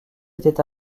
était